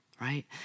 Right